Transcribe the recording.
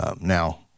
Now